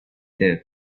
there